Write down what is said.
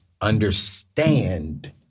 understand